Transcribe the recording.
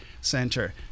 center